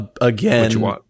again